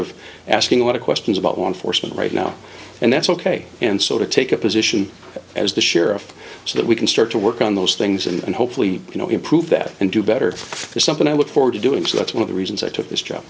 of asking a lot of questions about one foresman right now and that's ok and so to take a position as the sheriff so that we can start to work on those things and hopefully you know improve that and do better is something i look forward to doing so that's one of the reasons i took this job